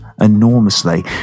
enormously